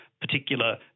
particular